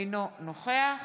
אינו נוכח